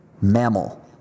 mammal